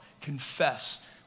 confess